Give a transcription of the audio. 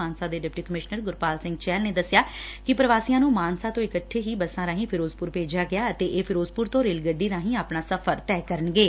ਮਾਨਸਾ ਦੇ deputy commissioner Gurpal Singh Chahal ਨੇ ਦੱਸਿਆ ਕਿ ਪ੍ਵਾਸੀਆਂ ਨੂੰ ਮਾਨਸਾ ਤੋਂ ਇਕੱਠੇ ਹੀ ਬਸਾਂ ਰਾਹੀ ਫਿਰੋਜਪੁਰ ਭੇਜਿਆ ਗਿਆ ਅਤੇ ਇਹ ਫਿਰੋਜਪੁਰ ਤੋਂ ਰੇਲ ਗੱਡੀ ਰਾਹੀ ਆਪਣਾ ਸਫਰ ਤੈਅ ਕਰਨਗੇ